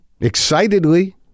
excitedly